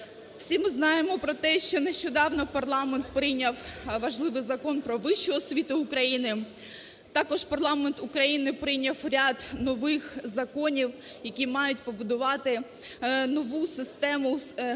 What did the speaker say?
Всі ми знаємо про те, що нещодавно парламент прийняв важливий закон про вищу освіту України. Також парламент України прийняв ряд нових законів, які мають побудувати нову систему,